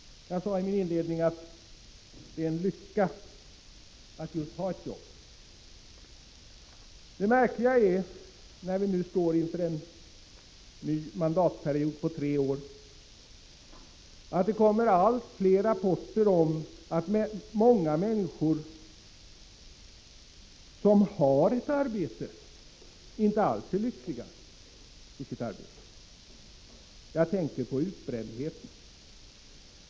Jag sade i min inledning att det är en lycka att just ha ett jobb. Det märkliga är, när vi nu står inför en ny mandatperiod på tre år, att det kommer allt fler rapporter om att många människor som har ett arbete inte alls är lyckliga i sitt arbete. Jag tänker på ”utbrändheten”.